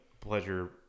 pleasure